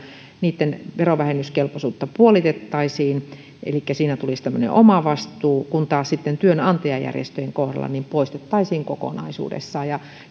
verovähennyskelpoisuutta puolitettaisiin elikkä siinä tulisi tämmöinen omavastuu kun taas sitten työnantajajärjestöjen kohdalla se poistettaisiin kokonaisuudessaan